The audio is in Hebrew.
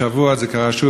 השבוע זה קרה שוב,